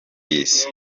y’isi